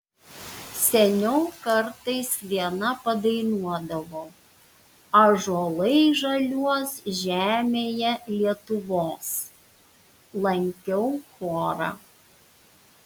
seniau kartais viena padainuodavau ąžuolai žaliuos žemėje lietuvos lankiau chorą